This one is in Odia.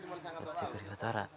କାର୍ଯ୍ୟ କରିବା ଦ୍ୱାରା